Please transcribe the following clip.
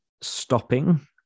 stopping